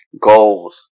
goals